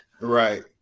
Right